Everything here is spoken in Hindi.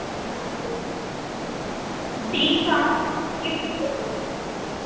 तीन साल